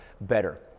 better